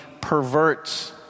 perverts